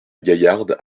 gaillarde